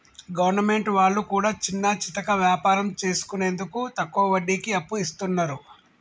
government వాళ్లు కూడా చిన్నాచితక వ్యాపారం చేసుకునేందుకు తక్కువ వడ్డీకి అప్పు ఇస్తున్నరు